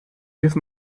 give